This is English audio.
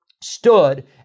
stood